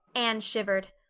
anne shivered.